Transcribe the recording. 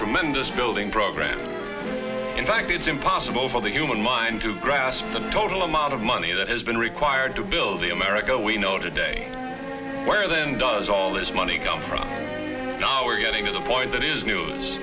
tremendous building program in fact it's impossible for the human mind to grasp the total amount of money that has been required to build the america we know today where then does all this money come from our getting to the point that is new